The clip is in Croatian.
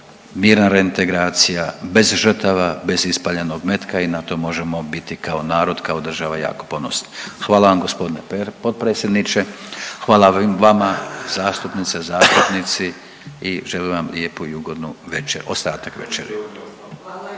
mirna reintegracija, bez žrtava, bez ispaljenog metka i na to možemo biti kao narod, kao država, jako ponosni. Hvala vam g. potpredsjedniče, hvala vama zastupnice, zastupnici i želim vam lijepu i ugodnu večer, ostatak večeri.